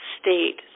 state